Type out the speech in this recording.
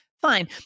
Fine